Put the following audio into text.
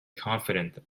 confident